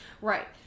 Right